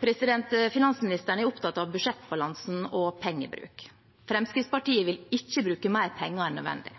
Finansministeren er opptatt av budsjettbalanse og pengebruk. Fremskrittspartiet vil ikke bruke mer penger enn nødvendig,